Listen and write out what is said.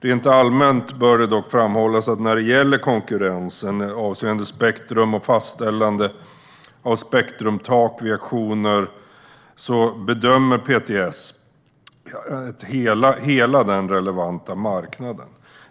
Rent allmänt bör det dock framhållas att när det gäller konkurrensen avseende spektrum och fastställande av spektrumtak vid auktioner bedömer PTS hela den relevanta marknaden.